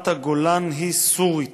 רמת הגולן היא סורית,